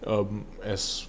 um as